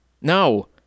no